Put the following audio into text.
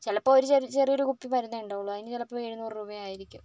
ചിലപ്പോൾ ഒരു ചെറിയൊരു കുപ്പി മരുന്നേ ഉണ്ടാവൂള്ളു അതിനു ചിലപ്പോൾ എഴുന്നൂറ് രൂപയായിരിക്കും